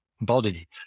body